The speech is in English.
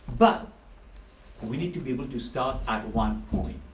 but we need to be able to start at one point.